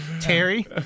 Terry